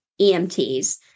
EMTs